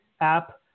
app